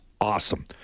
awesome